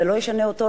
וזה לא ישנה אותו,